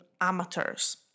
amateurs